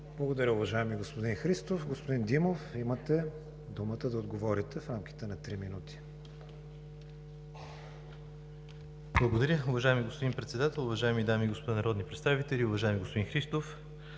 Благодаря, уважаеми господин Христов. Господин Димов, имате думата да отговорите в рамките на три минути. МИНИСТЪР НЕНО ДИМОВ: Благодаря, уважаеми господин Председател. Уважаеми дами и господа народни представители! Уважаеми господин Христов,